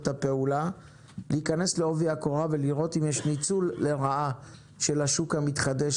הפעולה להיכנס לעובי הקורה ולראות אם יש ניצול לרעה של השוק המתחדש